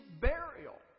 burial